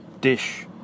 dish